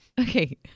Okay